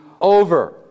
over